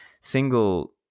single